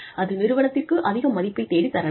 அது நிறுவனத்திற்கு அதிக மதிப்பைத் தேடித் தரலாம்